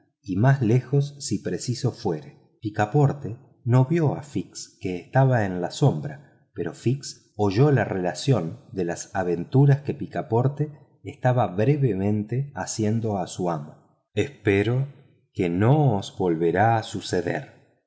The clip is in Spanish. y más lejos si preciso fuese picaporte no vio a fix que estaba en la sombra pero fix oyó la relación de las aventuras que picaporte estaba brevemente haciendo a su amo espero que no os volverá a suceder